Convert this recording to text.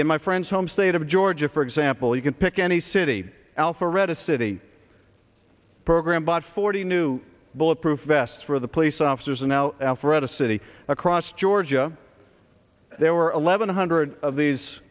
in my friend's home state of georgia for example you can pick any city alpharetta city program bought forty new bulletproof vests for the police officers and now alpharetta city across georgia there were eleven hundred of these